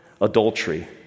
adultery